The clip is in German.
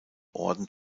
orden